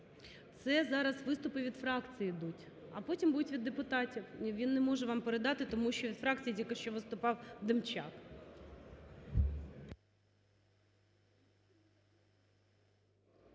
Це зараз виступи від фракцій ідуть, а потім будуть від депутатів. Ні, він не може вам передати, тому що від фракції тільки що виступав Демчак.